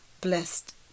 blessed